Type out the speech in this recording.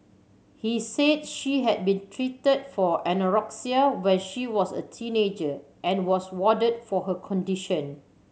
he said she had been treated for anorexia when she was a teenager and was warded for her condition